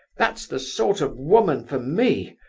that's the sort of woman for me!